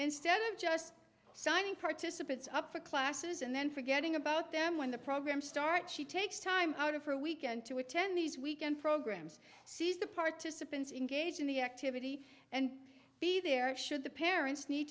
instead of just signing participants up for classes and then forgetting about them when the program start she takes time out of her weekend to attend these weekend programs sees the participants in gauging the activity and be there should the parents need